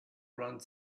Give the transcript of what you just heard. runs